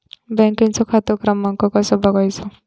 बँकेचो खाते क्रमांक कसो बगायचो?